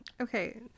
Okay